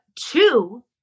Two